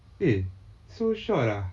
eh so short ah